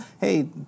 hey